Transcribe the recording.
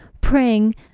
praying